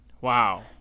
Wow